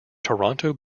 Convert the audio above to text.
toronto